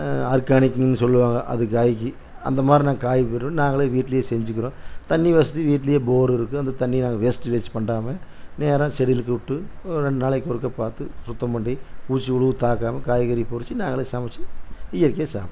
ஆர்க்கானிக்குன்னு சொல்லுவாங்க அது காயிக்கு அந்த மாதிரி நாங்கள் காய் போட்றோம் நாங்களே வீட்லையே செஞ்சிக்குறோம் தண்ணி வசதி வீட்லையே போர் இருக்கு அந்த தண்ணியை வேஸ்ட்டுவேஜ் பண்ணிடாம நேராக செடிகளுக்கு விட்டு ஒரு ரெண்டு நாளைக்கு ஒருக்கா பார்த்து சுத்தம் பண்ணி பூச்சி புழு தாக்காம காய்கறி பறிச்சி நாங்களே சமைச்சி இயற்கையாக சாப்பிட்டுக்குறோம்